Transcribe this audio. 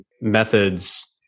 methods